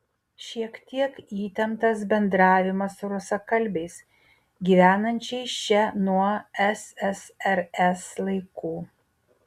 šiek tiek įtemptas bendravimas su rusakalbiais gyvenančiais čia nuo ssrs laikų